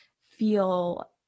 feel